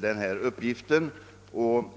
denna uppgift.